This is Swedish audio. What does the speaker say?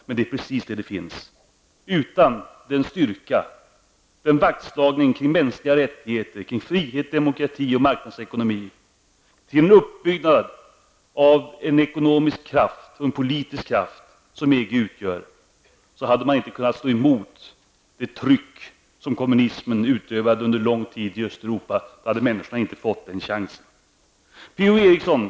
Men det är precis vad som finns. Utan den styrka, den vaktslagning kring mänskliga rättigheter, kring frihet, demokrati och marknadsekonomi, kring uppbyggnad av en ekonomisk och politisk kraft, som EG innebär, hade man inte kunnat stå emot det tryck som kommunismen utövade under lång tid i Östeurpa; då hade människorna inte fått den chansen. Herr talman!